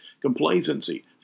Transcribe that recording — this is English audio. Complacency